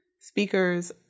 speakers